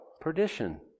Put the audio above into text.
Perdition